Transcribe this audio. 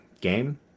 game